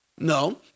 No